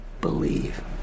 believe